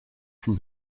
from